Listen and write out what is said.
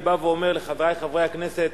אני בא ואומר לחברי חברי הכנסת,